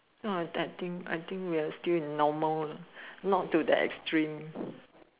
so I think I think we are still normal not to that extreme